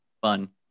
fun